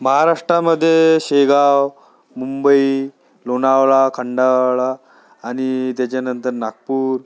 महाराष्ट्रामध्ये शेगाव मुंबई लोणावळा खंडाळा आणि त्याच्यानंतर नागपूर